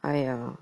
!aiya!